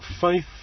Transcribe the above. faith